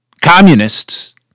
communists